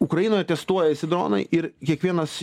ukrainoje testuojasi dronai ir kiekvienas